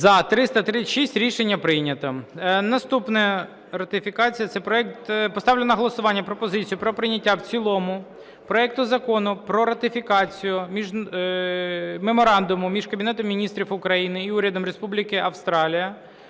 За-336 Рішення прийнято. Наступна ратифікація – це проект… Ставлю на голосування пропозицію про прийняття в цілому проекту Закону про ратифікацію Меморандуму між Кабінетом Міністрів України і Урядом Республіки Австрія